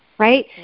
right